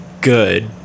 good